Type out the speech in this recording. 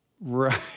right